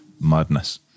madness